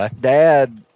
Dad